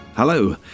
Hello